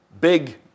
big